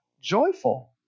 joyful